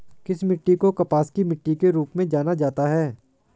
किस मिट्टी को कपास की मिट्टी के रूप में जाना जाता है?